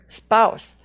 spouse